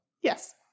Yes